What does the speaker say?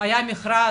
היה מכרז?